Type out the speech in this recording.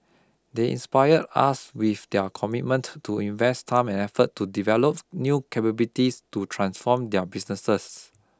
they inspire us with their commitment to invest time and effort to develop new capabilities to transform their businesses